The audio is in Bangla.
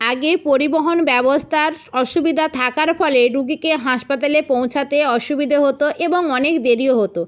আগে পরিবহন ব্যবস্থার অসুবিধা থাকার ফলে রোগীকে হাসপাতালে পৌঁছতে অসুবিধে হতো এবং অনেক দেরিও হতো